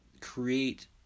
create